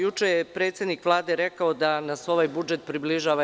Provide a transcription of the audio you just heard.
Juče je predsednik Vlade rekao da nas ovaj budžet približava EU.